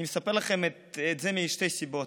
אני מספר לכם את זה משתי סיבות: